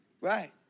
right